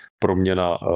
proměna